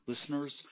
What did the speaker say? listeners